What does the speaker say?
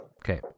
Okay